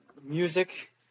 music